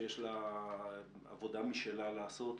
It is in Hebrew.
שיש לה עבודה משלה לעשות,